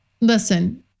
Listen